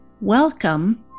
welcome